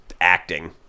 acting